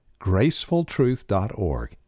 gracefultruth.org